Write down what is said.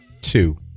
two